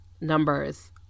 numbers